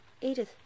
Edith